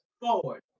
forward